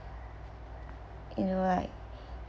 you know right